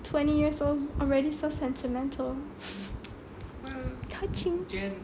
twenty years old already so sentimental touching